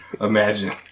Imagine